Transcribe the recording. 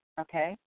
Okay